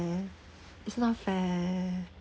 it's not fair